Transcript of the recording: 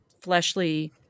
fleshly